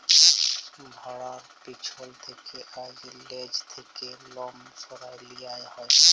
ভ্যাড়ার পেছল থ্যাকে আর লেজ থ্যাকে লম সরাঁয় লিয়া হ্যয়